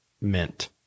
mint